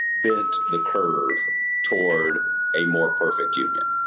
bent the curve toward a more perfect union.